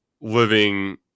living –